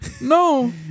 No